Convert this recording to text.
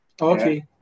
okay